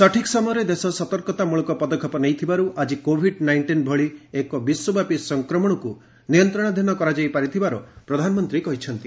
ସଠିକ୍ ସମୟରେ ଦେଶ ସତର୍କତା ମୃଳକ ପଦକ୍ଷେପ ନେଇଥିବାରୁ ଆକି କୋଭିଡ୍ ନାଇଷ୍ଟିନ୍ ଭଳି ଏକ ବିଶ୍ୱବ୍ୟାପୀ ସଂକ୍ରମଣକୁ ନିୟନ୍ତ୍ରଣାଧୀନ କରାଯାଇ ପାରିଥିବାର ପ୍ରଧାନମନ୍ତୀ କହିଛନ୍ତି